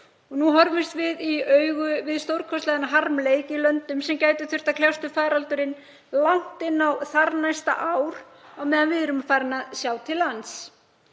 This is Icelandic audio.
Nú horfumst við í augu við stórkostlegan harmleik í löndum sem gætu þurft að kljást við faraldurinn langt inn á þarnæsta ár á meðan við erum farin að sjá til lands.